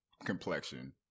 complexion